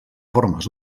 formes